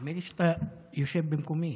נדמה לי שאתה יושב במקומי,